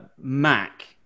Mac